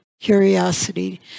curiosity